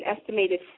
estimated